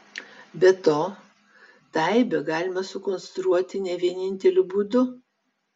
be to tą aibę galima sukonstruoti ne vieninteliu būdu